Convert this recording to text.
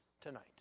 tonight